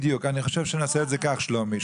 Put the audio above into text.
בדיוק, אני חושב שנעשה את זה כך, שלומי.